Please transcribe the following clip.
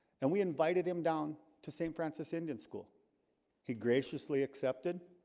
and we invited him down to st. francis indian school he graciously accepted.